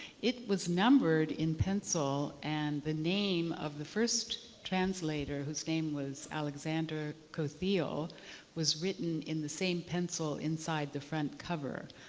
it was numbered in pencil and the name of the first translator whose name was alexander costhial was written in the same pencil inside the front cover.